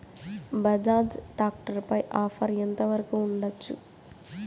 Bajaj tractor పై offer ఎంత వరకు ఉండచ్చు?